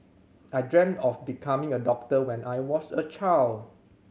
I dreamt of becoming a doctor when I was a child